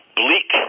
bleak